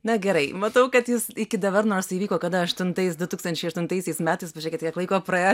na gerai matau kad jūs iki dabar nors tai įvyko kada aštuntais du tūkstančiai aštuntaisiais metais pažiūrėkit kiek laiko praėjo